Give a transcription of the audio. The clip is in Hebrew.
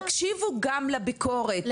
תקשיבו גם לביקורת,